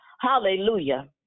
Hallelujah